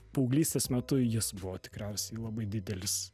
paauglystės metu jis buvo tikriausiai labai didelis